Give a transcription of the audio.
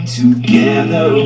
together